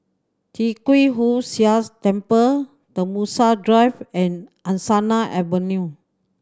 Tee Kwee Hood Sia Temple Tembusu Drive and Angsana Avenue